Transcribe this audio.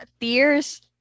Tears